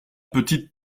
petite